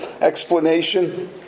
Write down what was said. explanation